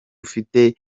ufite